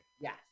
Yes